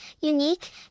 unique